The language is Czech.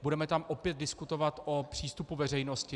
Budeme tam opět diskutovat o přístupu veřejnosti.